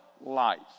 life